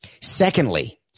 Secondly